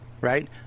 right